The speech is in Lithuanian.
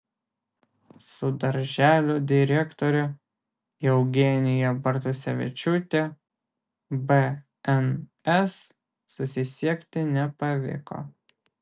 su darželio direktore eugenija bartusevičiūtė bns susisiekti nepavyko